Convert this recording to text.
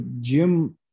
Jim